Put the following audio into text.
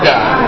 God